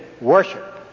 worship